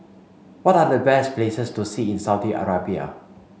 what are the best places to see in Saudi Arabia